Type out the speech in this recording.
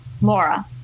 Laura